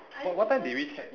oh what time did we check in